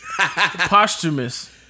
Posthumous